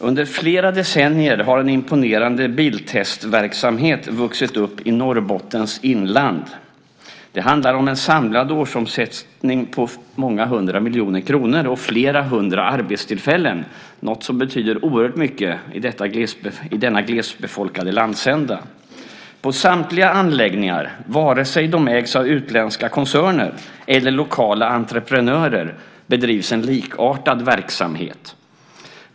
Under flera decennier har en imponerande biltestverksamhet vuxit upp i Norrbottens inland. Det handlar om en samlad årsomsättning på många hundra miljoner kronor och flera hundra arbetstillfällen. Det är något som betyder oerhört mycket i denna glesbefolkade landsända. På samtliga anläggningar, vare sig de ägs av utländska koncerner eller lokala entreprenörer, bedrivs en likartad verksamhet.